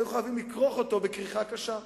שהיו חייבים לכרוך אותו בכריכה קשה.